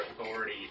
authority